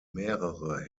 mehrere